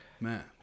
Man